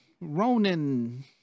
Ronan